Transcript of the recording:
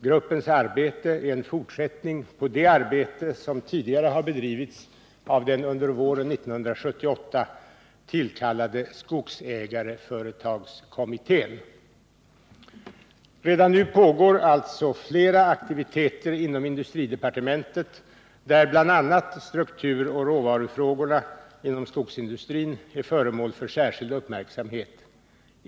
Gruppens arbete är en fortsättning på det arbete som tidigare har bedrivits av den under våren 1978 tillkallade skogsägareföretagskommittén. Redan nu pågår alltså flera aktiviteter inom industridepartementet, där bl.a. strukturoch råvarufrågorna inom skogsindustrin är föremål för särskild uppmärksamhet.